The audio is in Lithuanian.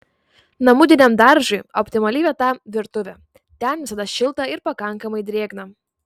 namudiniam daržui optimali vieta virtuvė ten visada šilta ir pakankamai drėgna